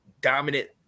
dominant